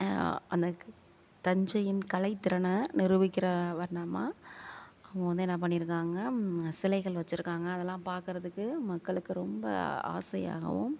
அந்த தஞ்சையின் கலைத்திறனை நிரூபிக்கிற வர்ணமா அவங்க வந்து என்ன பண்ணிருக்காங்க சிலைகள் வச்சிருக்காங்க அதெலாம் பார்க்குறதுக்கு மக்களுக்கு ரொம்ப ஆசையாகவும்